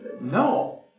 No